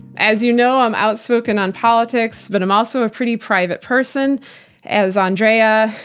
as you know, i'm outspoken on politics, but i'm also a pretty private person as andrea,